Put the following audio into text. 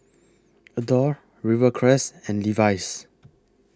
Adore Rivercrest and Levi's